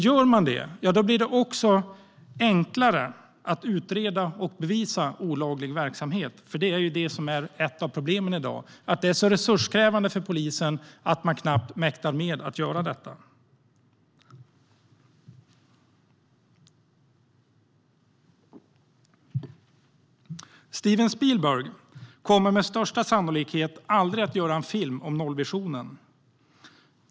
Gör man det blir det också enklare att utreda och bevisa olaglig verksamhet. Det är ju det som är ett av problemen i dag, att det är så resurskrävande för polisen att utreda dessa brott att man knappt mäktar med att göra det. Steven Spielberg kommer med största sannolikhet aldrig att göra en film om nollvisionen.